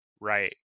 right